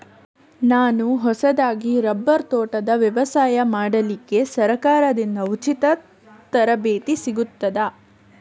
ನಾನು ಹೊಸದಾಗಿ ರಬ್ಬರ್ ತೋಟದ ವ್ಯವಸಾಯ ಮಾಡಲಿಕ್ಕೆ ಸರಕಾರದಿಂದ ಉಚಿತ ತರಬೇತಿ ಸಿಗುತ್ತದಾ?